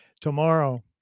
tomorrow